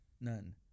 None